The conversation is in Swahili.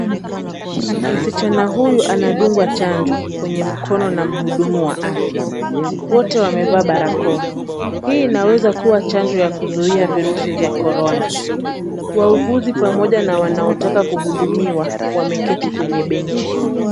Msichana huyu anadungwa chanjo kwenye mkono na mhudumu wa afya. Wote wamevaa barakoa. Hii inaweza kuwa chanjo ya kuzuia virusi vya Corona . Wauguzi pamoja na wanaotaka kuhudumiwa wameketi kwenye benchi.